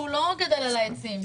שהוא לא גדל על העצים.